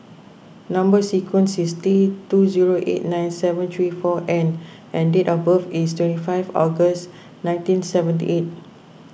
Number Sequence is T two zero eight nine seven three four N and date of birth is twenty five August nineteen seventy eight